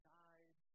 died